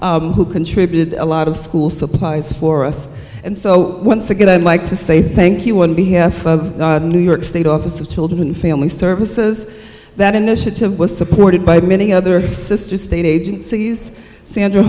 is who contributed a lot of school supplies as for us and so once again i'd like to say thank you one be half of new york state office of children and family services that initiative was supported by many other sister state agencies sandra